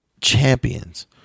champions